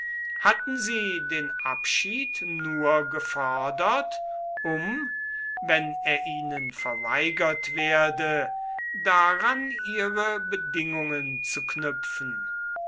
hatten sie den abschied nur gefordert um wenn er ihnen verweigert werde daran ihre bedingungen zu knüpfen